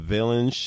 Villain